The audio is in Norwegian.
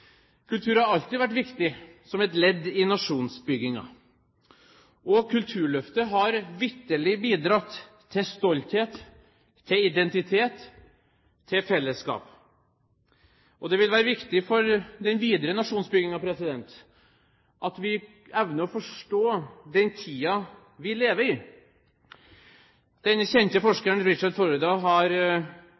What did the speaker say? Kultur har alltid vært viktig som et ledd i nasjonsbyggingen, og Kulturløftet har vitterlig bidratt til stolthet, til identitet, til fellesskap. Det vil være viktig for den videre nasjonsbyggingen at vi evner å forstå den tiden vi lever i. Den kjente forskeren Richard Florida har